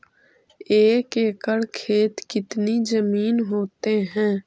एक एकड़ खेत कितनी जमीन होते हैं?